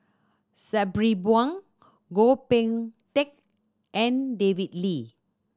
Sabri Buang Goh Boon Teck and David Lee